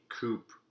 coupe